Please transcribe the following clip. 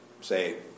say